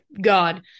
god